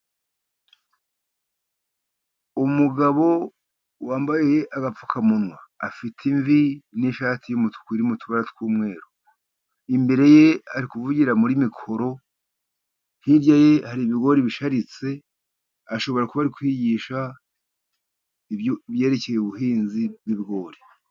Umugabo wambaye agapfukamunwa, afite imvi, n'ishati y'umutuku irimo utubara tw'umweru. Imbere ye ari kuvugira muri mikoro. Hirya ye hari ibigori bisharitse, ashobora kuba ari kwigisha ibyerekeye ubuhinzi bw'ibigori.